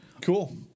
Cool